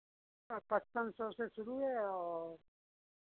पचपन सौ से शुरू है और